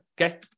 Okay